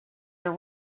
are